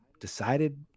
decided